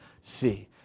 see